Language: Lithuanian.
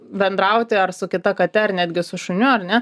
bendrauti ar su kita kate ar netgi su šuniu ar ne